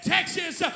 Texas